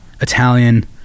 italian